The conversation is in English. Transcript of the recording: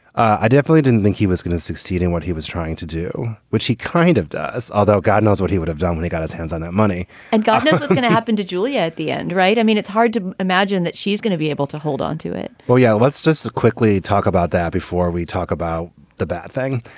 i definitely didn't think he was gonna succeed in what he was trying to do, which he kind of does, although god knows what he would have done when he got his hands on that money and got going to happen to juliette at the end right. i mean, it's hard to imagine that she's gonna be able to hold onto it well, yeah. let's just quickly talk about that before we talk about the bad thing.